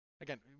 Again